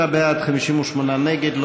57 בעד, 58 נגד.